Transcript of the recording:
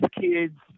kids